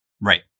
Right